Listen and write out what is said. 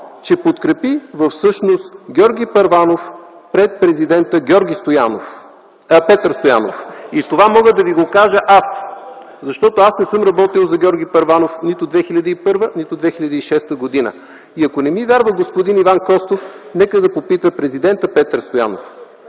че подкрепи всъщност Георги Първанов пред президента Петър Стоянов и това мога да ви го кажа аз, защото аз не съм работил за Георги Първанов нито 2001, нито 2006 г. Ако не ми вярва господин Иван Костов нека да попита президента Петър Стоянов.